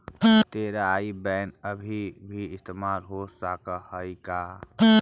तोरा आई बैन अभी भी इस्तेमाल हो सकऽ हई का?